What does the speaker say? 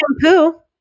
shampoo